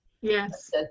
yes